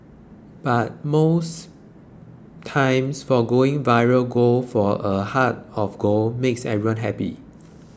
but most times foregoing viral gold for a heart of gold makes everyone happy